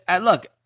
look